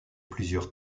plusieurs